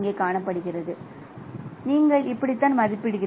எனவே நீங்கள் இப்படித்தான் மதிப்பிடுகிறீர்கள்